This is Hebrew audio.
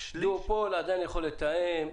דואופול עדיין יכול לתאם.